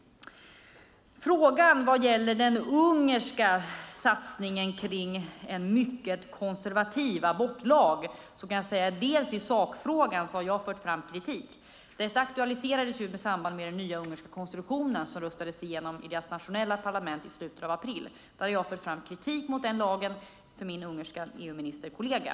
När det gäller frågan om den ungerska satsningen kring en mycket konservativ abortlag kan jag säga att jag har fört fram kritik i sakfrågan. Detta aktualiserades i samband med den nya ungerska konstruktionen, som röstades igenom i deras nationella parlament i slutet av april. Då hade jag fört fram kritik mot denna lag till min ungerska EU-ministerkollega.